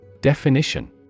Definition